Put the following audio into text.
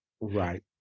Right